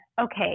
okay